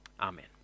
Amen